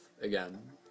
again